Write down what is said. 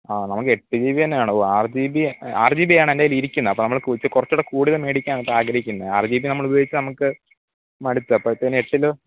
ആ നമുക്ക് എട്ട് ജി ബി തന്നെ വേണം ഓ ആറ് ജി ബി ആറ് ജി ബി ആണ് എൻ്റെ കയ്യിൽ ഇരിക്കുന്നത് അപ്പോൾ നമ്മൾ കുറച്ചുകൂടെ കൂടിയത് മേടിക്കാനായിട്ട് ആഗ്രഹിക്കുന്നത് ആറ് ജി ബി നമ്മൾ ഉപയോഗിച്ച് നമുക്ക് മടുത്തു അപ്പഴത്തേന് എട്ടിലോ